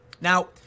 Now